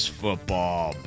football